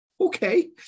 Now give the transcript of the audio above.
Okay